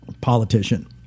politician